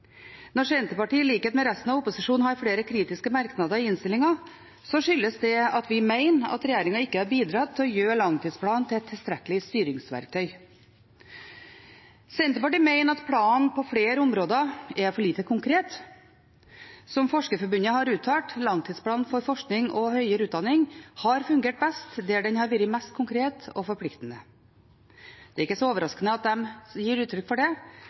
Når Senterpartiet i likhet med resten av opposisjonen har flere kritiske merknader i innstillingen, skyldes det at vi mener at regjeringen ikke har bidratt til å gjøre langtidsplanen til et tilstrekkelig styringsverktøy. Senterpartiet mener at planen på flere områder er for lite konkret. Som Forskerforbundet har uttalt: Langtidsplanen for forskning og høyere utdanning har fungert best der den har vært mest konkret og forpliktende. Det er ikke så overraskende at de gir uttrykk for det,